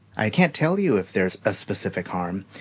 i can't tell you if there's a specific harm.